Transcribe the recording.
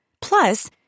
Plus